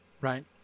right